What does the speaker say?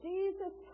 Jesus